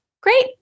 great